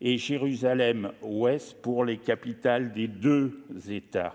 et Jérusalem-Ouest pour capitales des deux États.